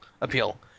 appeal